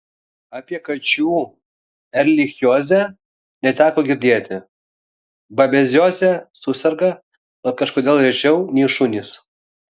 apie kačių erlichiozę neteko girdėti babezioze suserga bet kažkodėl rečiau nei šunys